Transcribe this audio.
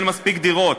אין מספיק דירות,